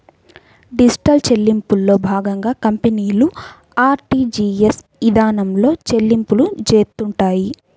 digital చెల్లింపుల్లో భాగంగా కంపెనీలు ఆర్టీజీయస్ ఇదానంలో చెల్లింపులు చేత్తుంటాయి